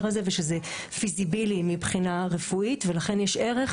הזה ושזה פיזיבילי מבחינה רפואית ולכן יש ערך